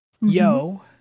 Yo